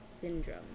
syndrome